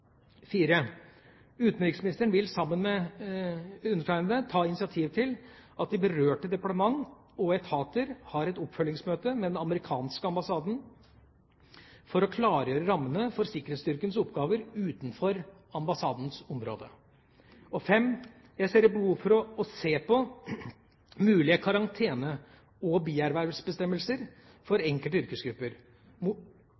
undertegnede ta initiativ til at de berørte departementer og etater har et oppfølgingsmøte med den amerikanske ambassaden for å klargjøre rammene for sikkerhetsstyrkens oppgaver utenfor ambassadens område. Jeg ser et behov for å se på mulige karantene- og biervervsbestemmelser for